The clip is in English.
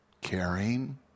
caring